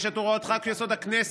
יש את הוראת חוק-יסוד: הכנסת.